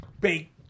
bake